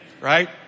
right